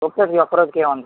ఒక్కసారికి ఈ ఒక్క రోజుకి ఏమ